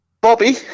Bobby